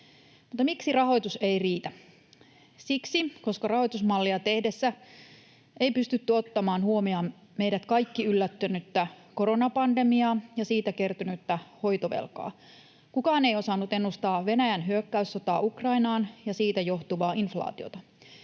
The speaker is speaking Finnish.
miksi rahoitus ei riitä? Siksi, että rahoitusmallia tehdessä ei pystytty ottamaan huomioon meidät kaikki yllättänyttä koronapandemiaa ja siitä kertynyttä hoitovelkaa. Kukaan ei osannut ennustaa Venäjän hyökkäyssotaa Ukrainaan ja siitä johtuvaa inflaatiota.